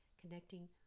connecting